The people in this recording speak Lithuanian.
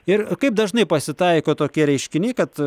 ir kaip dažnai pasitaiko tokie reiškiniai kad